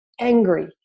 angry